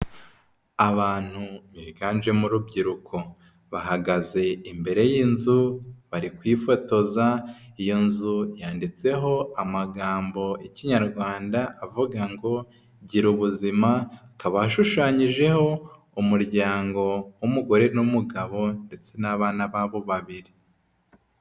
Abantu biganjemo urubyiruko, bahagaze imbere y'inzu, bari kwifotoza iyo nzu yanditseho amagambo y'Ikinyarwanda avuga ngo gira ubuzima, ikaba hashushanyijeho umuryango w'umugore n'umugabo ndetse n'abana babo babiri.